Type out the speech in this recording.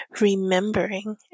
remembering